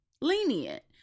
lenient